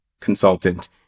consultant